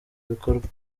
bikorwa